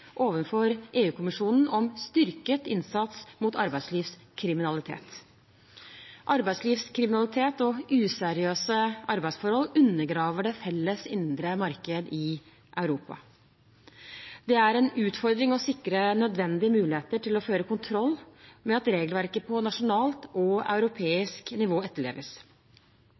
om styrket innsats mot arbeidslivskriminalitet. Arbeidslivskriminalitet og useriøse arbeidsforhold undergraver det felles indre markedet i Europa. Det er en utfordring å sikre nødvendige muligheter til å føre kontroll med at regelverket på nasjonalt og europeisk nivå etterleves.